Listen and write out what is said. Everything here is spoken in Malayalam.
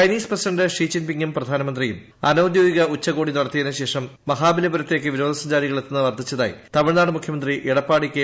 ചൈനീസ് പ്രസിഡന്റ് ഷിജിംഗ് പിങ്ങും പ്രധാനമന്ത്രിയും അനൌദ്യോഗിക ഉച്ചകോടി നടത്തിയതിനുശേഷം മഹാബലിപുരത്തേക്ക് വിനോദ സഞ്ചാരികൾ എത്തുന്നത് വർദ്ധിച്ചതായി തമിഴ്നാട് മുഖ്യമന്ത്രി എടപ്പാടി കെ